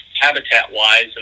habitat-wise